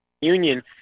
union